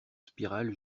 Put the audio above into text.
spirale